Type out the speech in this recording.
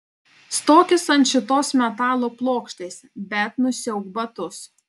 stokis ant šitos metalo plokštės bet nusiauk batus